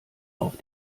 auf